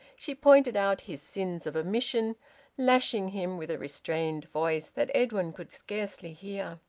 she pointed out his sins of omission, lashing him with a restrained voice that edwin could scarcely hear.